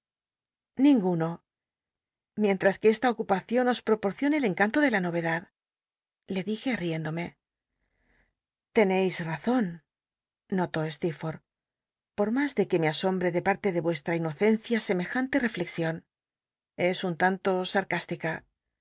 ninguno mientras que esta ocupacion os proporcione el encanto de la nol'edacl le dije riéndome tcncis razon notó steerforth por mas de que me asombrc de parle de mestra inocencia semejan te rcllc xion es un tanto sarcástica